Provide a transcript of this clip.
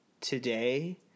today